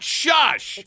shush